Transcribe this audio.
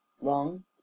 Long